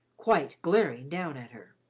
quite glaring down at her.